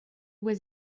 was